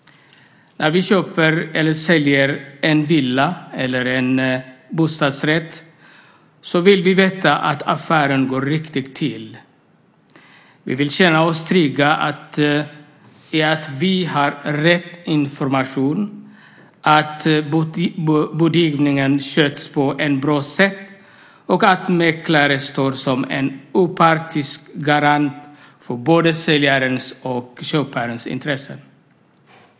När vi köper eller säljer en villa eller en bostadsrätt vill vi veta att affären går riktigt till. Vi vill känna oss trygga med att vi har rätt information, att budgivningen sköts på att bra sätt och att mäklaren står som en opartisk garant för både säljarens och köparens intressen.